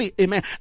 amen